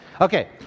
Okay